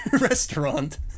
restaurant